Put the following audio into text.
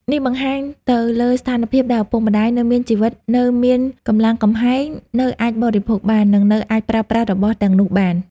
នេះបង្ហាញទៅលើស្ថានភាពដែលឪពុកម្តាយនៅមានជីវិត នៅមានកម្លាំងកំហែង នៅអាចបរិភោគបាន និងនៅអាចប្រើប្រាស់របស់ទាំងនោះបាន